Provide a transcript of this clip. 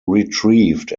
retrieved